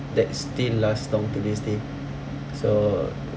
that still last long to this day so